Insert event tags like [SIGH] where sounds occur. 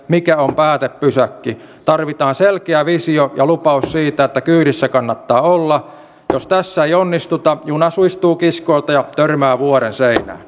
mikä on päätepysäkki tarvitaan selkeä visio ja lupaus siitä että kyydissä kannattaa olla jos tässä ei onnistuta juna suistuu kiskoilta ja törmää vuorenseinään [UNINTELLIGIBLE]